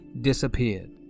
disappeared